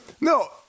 No